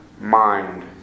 mind